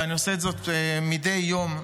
ואני עושה זאת מדי יום,